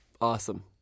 awesome